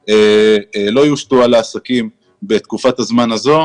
לא יושתו על העסקים בתקופת הזמן הזו.